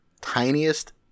tiniest